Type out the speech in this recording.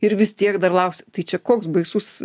ir vis tiek dar lauksi tai čia koks baisus